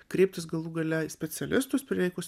kreiptis galų gale į specialistus prireikus